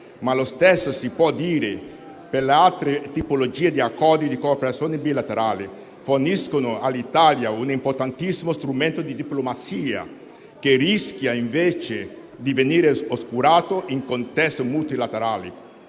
ma lo stesso si può dire per le altre tipologie di accordo di cooperazione bilaterale - forniscono all'Italia un importantissimo strumento di diplomazia, che rischia invece di venire oscurato in contesti multilaterali.